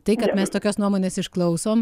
tai kad mes tokios nuomonės išklausom